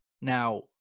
Now